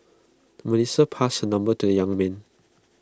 Melissa passed her number to the young man